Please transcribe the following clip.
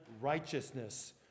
righteousness